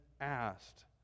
asked